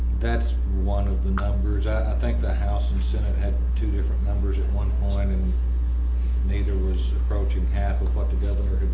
that's one of the numbers. i think the house and senate had two different numbers at one point and neither was approaching half of what the